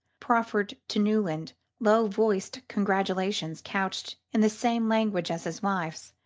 proffered to newland low-voiced congratulations couched in the same language as his wife's,